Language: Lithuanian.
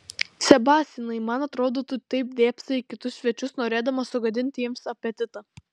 sebastianai man atrodo tu taip dėbsai į kitus svečius norėdamas sugadinti jiems apetitą